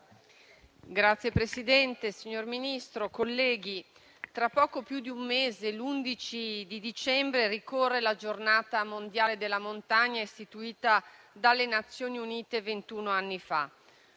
Signor Presidente, signor Ministro, colleghi, tra poco più di un mese, l'11 dicembre, ricorre la Giornata mondiale della montagna, istituita dalle Nazioni Unite ventun anni fa.